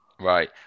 Right